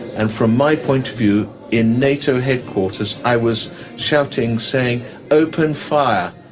and from my point of view, in nato headquarters, i was shouting, saying, open fire!